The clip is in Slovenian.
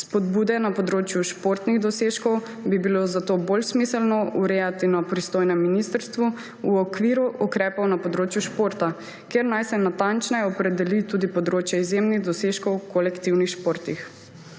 Spodbude na področju športnih dosežkov bi bilo zato bolj smiselno urejati na pristojnem ministrstvu v okviru ukrepov na področju športa, kjer naj se natančneje opredeli tudi področje izjemnih dosežkov v kolektivnih športih.